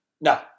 No